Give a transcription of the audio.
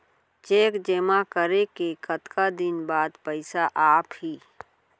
Cheque जेमा करें के कतका दिन बाद पइसा आप ही?